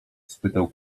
spytał